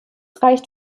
reicht